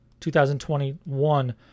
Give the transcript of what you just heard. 2021